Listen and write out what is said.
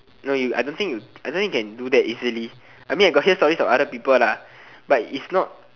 no you I don't think you I don't think you can do that easily I mean I got hear stories from other people lah but it's not